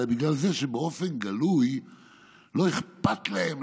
אלא בגלל זה שבאופן גלוי לא אכפת להם",